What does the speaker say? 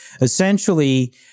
Essentially